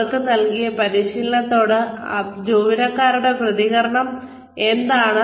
അവർക്ക് നൽകിയ പരിശീലനത്തോട് ജീവനക്കാരുടെ പ്രതികരണം എന്താണ്